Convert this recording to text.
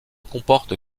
comporte